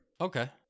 Okay